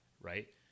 right